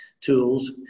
tools